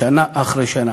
שנה אחרי שנה.